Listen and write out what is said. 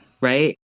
Right